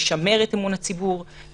לשמר את אמון הציבור,